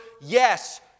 Yes